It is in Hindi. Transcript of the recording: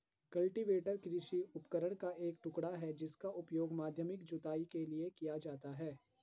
कल्टीवेटर कृषि उपकरण का एक टुकड़ा है जिसका उपयोग माध्यमिक जुताई के लिए किया जाता है